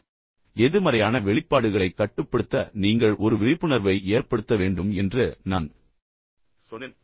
எனவே உங்கள் எதிர்மறையான வெளிப்பாடுகளைக் கட்டுப்படுத்த நீங்கள் ஒரு விழிப்புணர்வை ஏற்படுத்த வேண்டும் என்று நான் சொன்னேன்